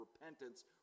repentance